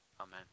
Amen